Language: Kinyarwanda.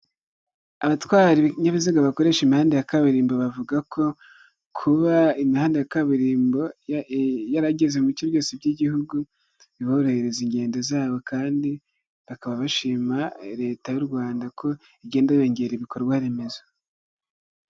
Abatwara ibinyabiziga bakoresha imihandanda ya kabarimbo bavuga ko kuba imihanda ya kaburimbo yarageze mu bice byose by'igihugu biborohereza ingendo zabo kandi bakaba bashima leta y'u Rwanda ko igenda yongera ibikorwa remezo.